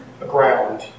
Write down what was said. aground